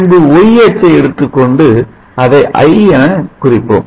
பின்பு Y Y அச்சை எடுத்துக்கொண்டு அதை i என குறிப்போம்